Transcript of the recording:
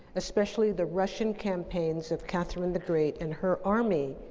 especially the russian campaigns of catherine the great and her army,